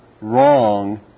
wrong